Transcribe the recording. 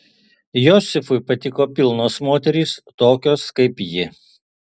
josifui patiko pilnos moterys tokios kaip ji